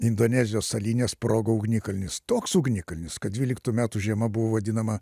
indonezijos salyne sprogo ugnikalnis toks ugnikalnis kad dvyliktų metų žiema buvo vadinama